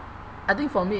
I think for me